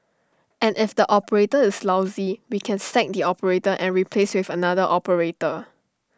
and if the operator is lousy we can sack the operator and replace with another operator